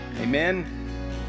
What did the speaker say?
Amen